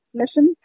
mission